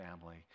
family